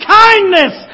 kindness